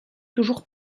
toujours